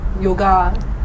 Yoga